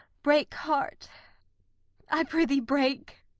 break, heart i prithee break!